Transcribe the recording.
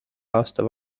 aasta